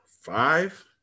five